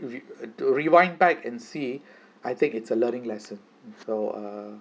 to to rewind back and see I think it's a learning lesson so uh